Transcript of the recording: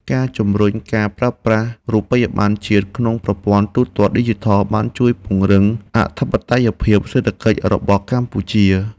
ការជំរុញការប្រើប្រាស់រូបិយប័ណ្ណជាតិក្នុងប្រព័ន្ធទូទាត់ឌីជីថលបានជួយពង្រឹងអធិបតេយ្យភាពសេដ្ឋកិច្ចរបស់ប្រទេសកម្ពុជា។